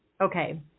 Okay